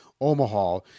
Omaha